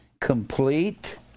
complete